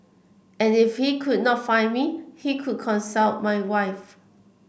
and if he could not find me he could consult my wife